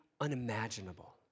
unimaginable